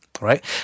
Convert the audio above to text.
right